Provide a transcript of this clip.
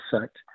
sect